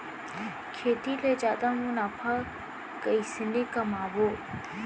खेती ले जादा मुनाफा कइसने कमाबो?